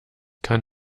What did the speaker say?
kann